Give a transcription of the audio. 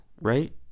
right